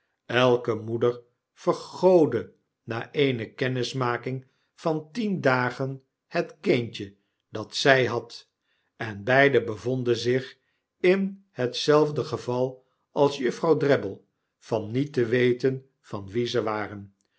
elke moeder vergoodde na eene kennismaking van tien dagen het kindje dat zy had en beiden bevonden zich in hetzelfde geval als juffrouw drabble van niet te weten van wie ze waren